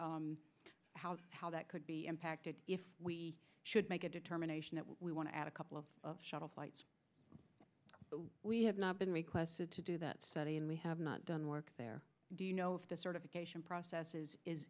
and how how that could be impacted if we should make a determination that we want to add a couple of all flights we have not been requested to do that study and we have not done work there do you know if the certification process is is